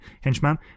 henchman